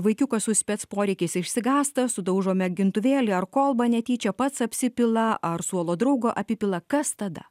vaikiukas su spec poreikiais išsigąsta sudaužo mėgintuvėlį ar kolbą netyčia pats apsipila ar suolo draugo apipila kas tada